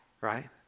right